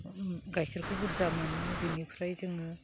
गाइखेरखौ बुरजा मोनो बेनिफ्राय जोङो